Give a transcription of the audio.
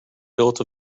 built